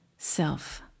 Self